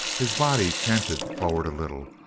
his body canted forward a little,